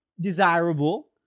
desirable